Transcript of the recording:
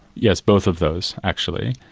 yes, both of those actually.